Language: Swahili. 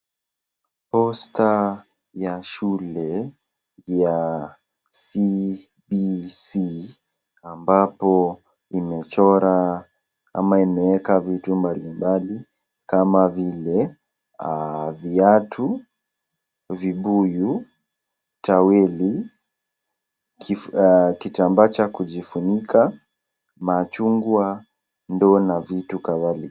Poster ya shule ya CBC ambapo imechora ama imeeka vitu mbalimbali kama vile viatu, vibuyu, taweli , kitambaa cha kujifunika, machungwa, ndoo na vitu kadhalika.